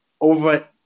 over